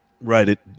Right